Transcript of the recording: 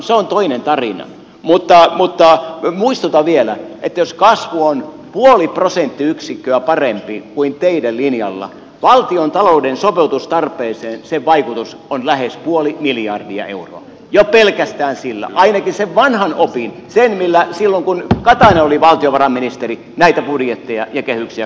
se on toinen tarina mutta muistutan vielä että jos kasvu on puoli prosenttiyksikköä parempi kuin teidän linjallanne valtiontalouden sopeutustarpeeseen sen vaikutus on lähes puoli miljardia euroa jo pelkästään sen ainakin sillä vanhalla opilla millä silloin kun katainen oli valtiovarainministeri näitä budjetteja ja kehyksiä katseltiin